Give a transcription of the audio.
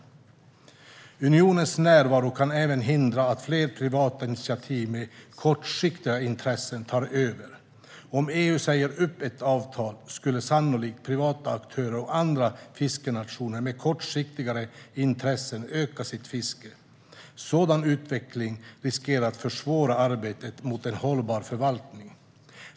Unionens närvaro kan även hindra att fler privata initiativ med kortsiktigare intressen tar över. Om EU säger upp ett avtal skulle sannolikt privata aktörer och andra fiskenationer med kortsiktigare intressen öka sitt fiske. Sådan utveckling riskerar att försvåra arbetet för en hållbar förvaltning.